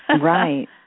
Right